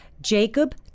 Jacob